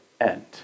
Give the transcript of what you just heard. end